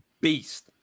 beast